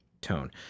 tone